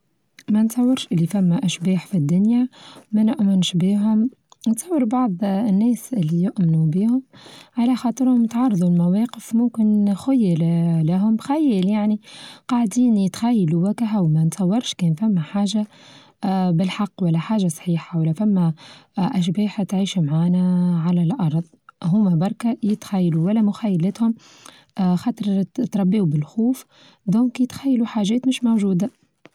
منتصورش باللي فما أشباح في الدنيا ما نؤمنش بيهم نتصور بعض الناس اللي يؤمنوا بيهم على خاطرهم يتعرضوا لمواقف ممكن خيل لهم خيل يعني قاعدين يتخيلوا واقعة وما نتصورش كان ثما حاچة آآ بالحق ولا حاجة صحيحة ولا فما آآ أشباح تعيش معانا على الأرض هم بركة يتخيلوا ولا مخايلاتهم آآ خاطر تربيو بالخوف دويكا تخيلو حاجات مش موجودة.